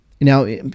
Now